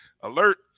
Alert